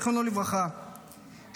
זיכרונו לברכה,